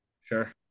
Sure